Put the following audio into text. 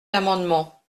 l’amendement